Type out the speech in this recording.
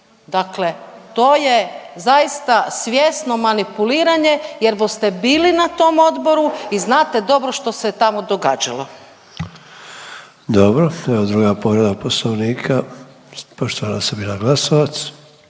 Dakle to je zaista svjesno manipuliranje jer ste bili na tom odboru i znate dobro što se je tamo događalo. **Sanader, Ante (HDZ)** Dobro, evo druga povreda poslovnika poštovana Sabina Glasovac.